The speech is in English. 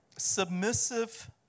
Submissive